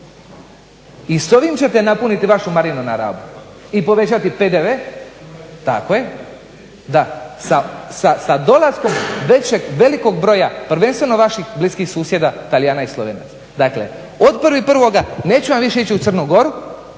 i s ovim ćete napuniti vašu marinu na Rabu i povećati PDV, tako je, da sa dolaskom većeg, velikog broja prvenstveno vaših bliskih susjeda Talijana i Slovenaca. Dakle od 1.1. neće oni više ići u Crnu Goru,